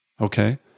Okay